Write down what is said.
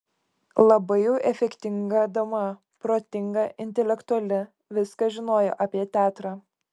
labai jau efektinga dama protinga intelektuali viską žinojo apie teatrą